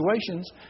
situations